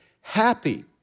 happy